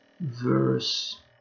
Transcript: verse